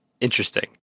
interesting